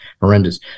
Horrendous